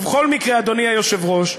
ובכל מקרה, אדוני היושב-ראש,